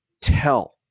tell